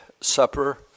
Supper